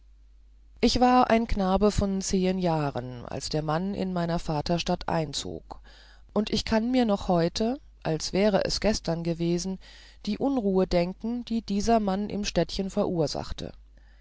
ich war ein knabe von zehen jahren als der mann in meiner vaterstadt einzog und ich kann mir noch heute als wäre es gestern geschehen die unruhe denken die dieser mann im städtchen verursachte